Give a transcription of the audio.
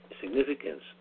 significance